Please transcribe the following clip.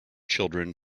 children